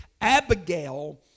Abigail